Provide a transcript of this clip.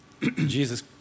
Jesus